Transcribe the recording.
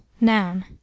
noun